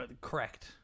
Correct